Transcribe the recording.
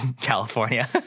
California